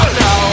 no